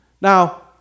Now